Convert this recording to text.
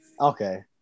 Okay